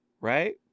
right